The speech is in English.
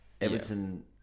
Everton